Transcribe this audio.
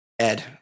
Ed